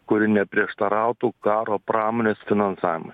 kuri neprieštarautų karo pramonės finansavimui